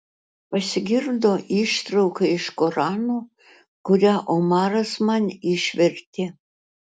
pasigirdo ištrauka iš korano kurią omaras man išvertė